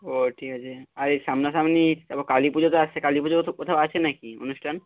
ও ঠিক আছে আর এই সামনাসামনি তারপর কালীপুজো তো আসছে কালীপুজো তো কোথাও আছে নাকি অনুষ্ঠান